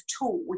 tool